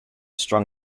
strong